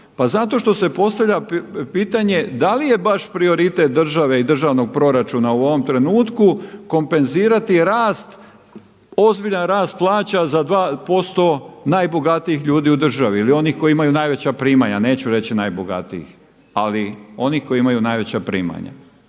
Pa zato što se postavlja pitanje da li je baš prioritet države i državnog proračuna u ovom trenutku kompenzirati rast, ozbiljan rast plaća za 2% najbogatijih ljudi u državi ili onih koji imaju najveća primanja, neću reći najbogatijih, ali onih koji imaju najveća primanja.